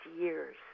years